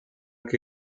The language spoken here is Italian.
che